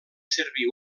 servir